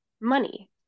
money